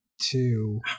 two